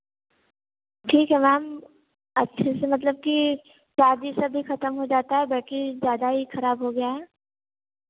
ठीक है मैम अच्छे से मतलब कि चार्जिंग अभी ख़त्म हो जाता है बाकी ज़्यादा ही खराब हो गया है